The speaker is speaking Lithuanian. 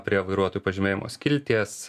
prie vairuotojo pažymėjimo skilties